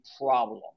problem